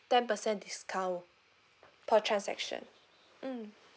ten percent discount per transaction mm